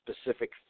specific